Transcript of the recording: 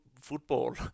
football